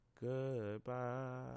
goodbye